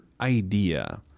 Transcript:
idea